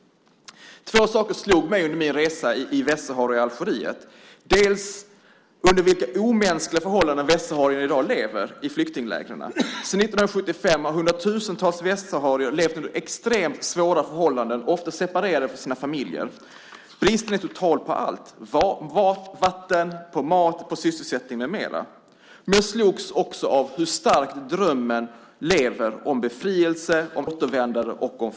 Två saker slog mig under min resa i Västsahara och Algeriet. Det var under vilka omänskliga förhållanden västsaharierna lever i flyktinglägren. Sedan 1975 har hundratusentals västsaharier levt under extremt svåra förhållanden, ofta separerade från sina familjer. Bristen är total på allt, på vatten, på mat, på sysselsättning med mera. Men jag slogs också av hur starkt drömmen lever om befrielse, återvändande och fred.